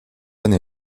année